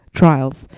trials